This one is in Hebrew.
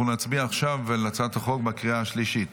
אנחנו נצביע עכשיו על הצעת החוק בקריאה השלישית.